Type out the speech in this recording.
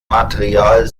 material